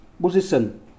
position